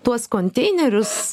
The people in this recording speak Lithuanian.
tuos konteinerius